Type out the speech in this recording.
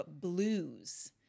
blues